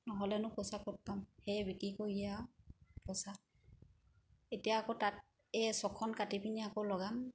নহ'লেনো পইচানো ক'ত পাম সেয়ে বিক্ৰী কৰিয়ে আৰু পইচা এতিয়া আকৌ তাঁত এই ছখন কাটি পিনি আকৌ লগাম